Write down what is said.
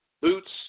boots